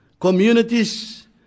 communities